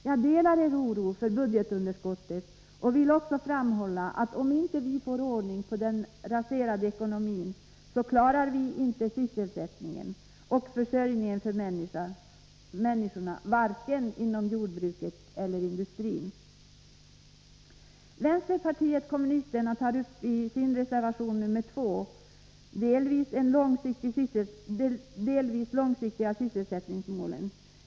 Jag delar er oro för budgetunderskottet och vill också framhålla att om vi inte får ordning på den raserade ekonomin klarar vi inte sysselsättningen och försörjningen för människorna inom vare sig jordbruket eller industrin. Vänsterpartiet kommunisterna tar i reservation 2 upp frågan om de delvis långsiktiga sysselsättningsmålen.